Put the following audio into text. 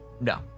No